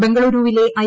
ബംഗളൂരുവിലെഐ